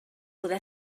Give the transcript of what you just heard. poder